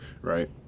right